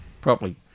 properly